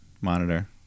monitor